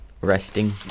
resting